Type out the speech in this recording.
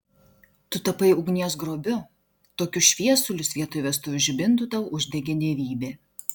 tu tapai ugnies grobiu tokius šviesulius vietoj vestuvių žibintų tau uždegė dievybė